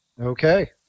Okay